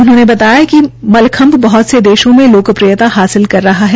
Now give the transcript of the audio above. उन्होंने बताया कि मलखम्ब बहत से देशों में लोकप्रियता हासिल कर रहा है